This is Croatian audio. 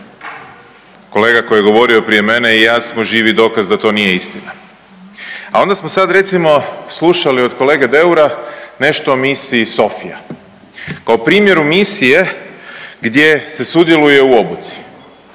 Kolega koji je govorio prije mene i ja smo živi dokaz da to nije istina. A onda smo sad recimo slušali od kolege Deura nešto o misiji Sophia, kao primjeru misije gdje se sudjeluje u obuci.